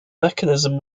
mechanism